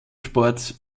sports